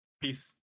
Peace